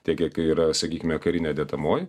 tiek kiek yra sakykime karinė dedamoji